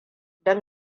don